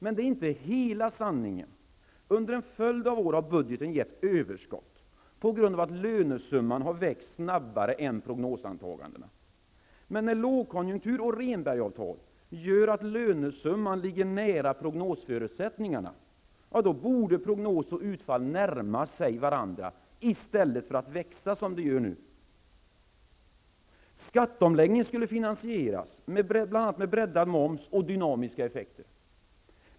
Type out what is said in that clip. Men det är inte hela sanningen. Under en följd av år har budgeten gett överskott på grund av att lönesumman har växt snabbare än i prognosantagandena. Men när lågkonjunktur och Rhenbergavtal gör att lönesumman ligger nära prognosförutsättningarna, ja, då borde prognos och utfall närma sig varandra i stället för att fjärma sig från varandra, som de gör nu. Skatteomläggningen skulle finansieras bl.a. med breddad moms och dynamiska effekter.